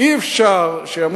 לא תוכלו, אתה לא, בירושלים.